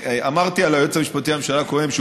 אמרתי על היועץ המשפטי לממשלה קודם שהוא